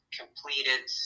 completed